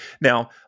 Now